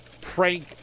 prank